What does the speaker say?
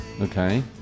Okay